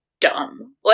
dumb